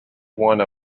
one